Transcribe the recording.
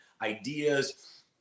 ideas